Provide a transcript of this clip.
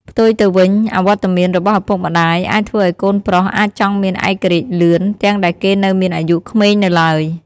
ផ្ទុយទៅវិញ អវត្តមានរបស់ឪពុកម្ដាយអាចធ្វើឱ្យកូនប្រុសអាចចង់មានឯករាជ្យលឿន ទាំងដែលគេនៅមានអាយុក្មេងនៅឡើយ។